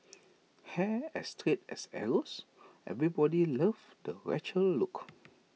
hair as straight as arrows everybody loved the Rachel look